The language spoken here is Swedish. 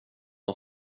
och